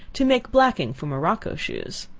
to make blacking for morocco shoes.